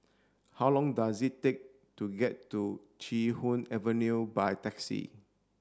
how long does it take to get to Chee Hoon Avenue by taxi